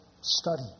study